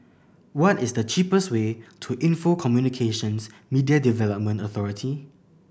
what is the cheapest way to Info Communications Media Development Authority